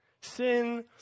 Sin